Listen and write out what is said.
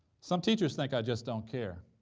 some teachers think i just don't care.